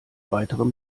weitere